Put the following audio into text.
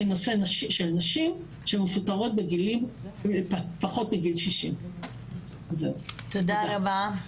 נושא של נשים שמפוטרות בגילים פחות מגיל 60. תודה רבה.